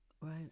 Right